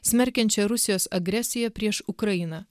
smerkiančią rusijos agresiją prieš ukrainą